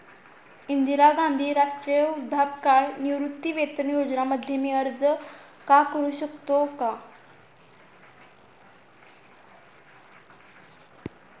इंदिरा गांधी राष्ट्रीय वृद्धापकाळ निवृत्तीवेतन योजना मध्ये मी अर्ज का करू शकतो का?